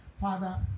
Father